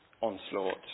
onslaught